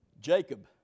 Jacob